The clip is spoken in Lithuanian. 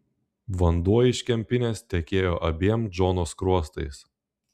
vanduo iš kempinės tekėjo abiem džono skruostais